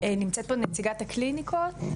נמצאת פה נציגת הקליניקות,